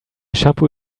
shampoo